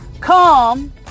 come